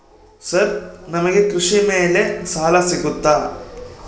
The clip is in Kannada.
ಸರ್ ನಮಗೆ ಕೃಷಿ ಮೇಲೆ ಸಾಲ ಸಿಗುತ್ತಾ?